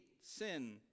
sin